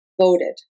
voted